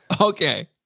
Okay